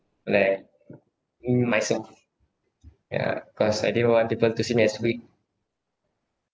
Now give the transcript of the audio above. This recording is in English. like in myself yeah cause I didn't want people to see me as weak